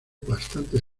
bastante